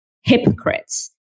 hypocrites